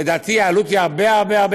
לדעתי העלות שלהם היא הרבה הרבה הרבה